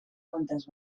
quantes